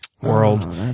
world